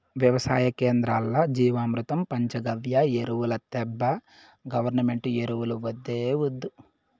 వెవసాయ కేంద్రాల్ల జీవామృతం పంచగవ్య ఎరువులు తేబ్బా గవర్నమెంటు ఎరువులు వద్దే వద్దు